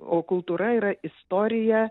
o kultūra yra istorija